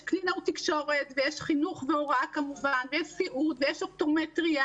יש קלינאות תקשורת ויש חינוך והוראה כמובן ויש סיעוד ויש אופטומטריה,